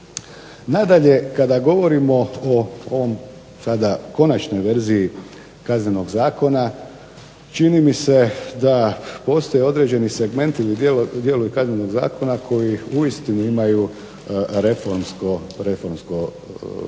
Nadalje, kada govorimo o ovom sada konačnoj verziji Kaznenog zakona čini mi se da postoje određeni segmenti ili dijelovi Kaznenog zakona koji uistinu imaju reformski karakter.